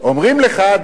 אומרים לך: אדוני,